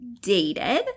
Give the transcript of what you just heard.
dated